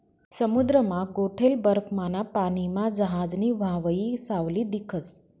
समुद्रमा गोठेल बर्फमाना पानीमा जहाजनी व्हावयी सावली दिखस